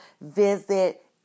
visit